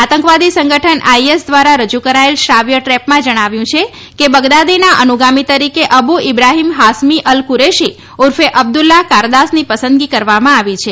આતંકવાદી સંગઠન આઈએસ દ્વારા રજુ કરાયેલ શ્રાવ્ય ટેપમાં જણાવ્યું છે કે બગદાદીના અનુગામી તરીકે Abu Ibrahim Hashimi al Qurashi ઉર્ફે અબ્દુલ્લાહ કારદાસની પસંદગી કરવામાં આવી છે